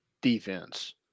defense